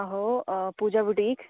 आहो पूजा बुटीक